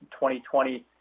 2020